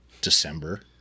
December